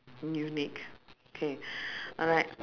unique K alright